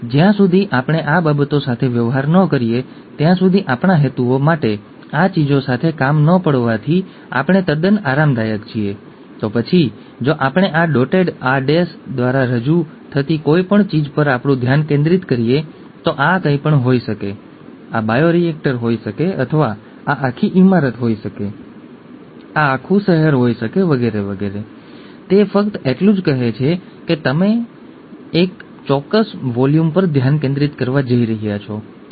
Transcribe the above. હવે અમે આ બધું આ કારણોસર કહ્યું જો આપણે કોઈ બાળકને ડિસઓર્ડર ઠીક છે સિસ્ટિક ફાઇબ્રોસિસ જેટલું મોટું કંઈક વારસામાં મળવાની સંભાવનાની આગાહી કરી શકીએ તો માતાપિતાને તેમના બાળકમાં તેને સંભાળવા માટે જાણ કરી શકાય છે ઠીક છે